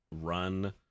run